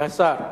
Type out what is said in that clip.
השר.